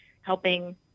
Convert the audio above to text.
helping